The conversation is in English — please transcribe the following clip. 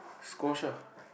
squash ah